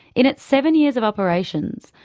in its seven years of operations,